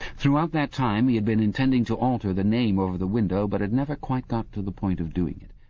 throughout that time he had been intending to alter the name over the window, but had never quite got to the point of doing it.